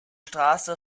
straße